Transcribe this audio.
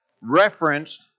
referenced